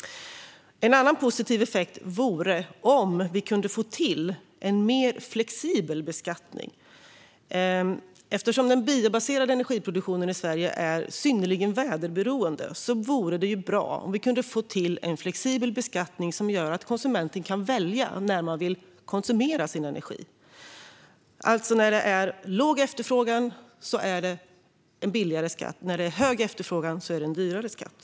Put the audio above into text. En annan positiv effekt vore om vi kunde få till en mer flexibel beskattning. Eftersom den biobaserade energiproduktionen i Sverige är synnerligen väderberoende vore det bra om vi kunde få till en flexibel beskattning som gör att konsumenten kan välja när den vill konsumera sin energi. När det är låg efterfrågan är det en billigare skatt, när det är hög efterfrågan är det en dyrare skatt.